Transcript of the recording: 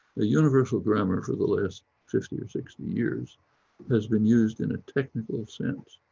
the universal grammar for the last fifty or sixty years has been used in a technical sense.